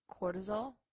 cortisol